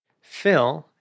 Phil